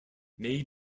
may